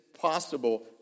Possible